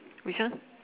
which one